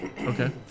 Okay